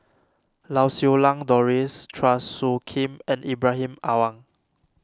Lau Siew Lang Doris Chua Soo Khim and Ibrahim Awang